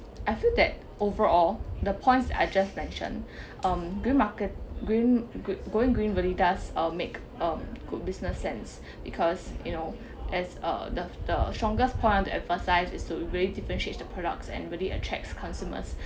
I feel that overall the points I just mentioned um green market~ green go~going green really does uh make um good business sense because you know as uh the the strongest point I want to emphasise is to really differentiates the products and really attracts consumers